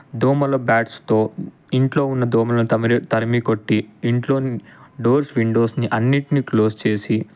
దోమల బ్యాట్స్తో ఇంట్లో ఉన్న దోమలని తమిరే తరిమికొట్టి ఇంట్లోని డోర్స్ విండోస్ని అన్నిట్ని క్లోజ్ చేసి